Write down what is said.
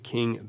King